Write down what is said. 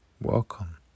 welcome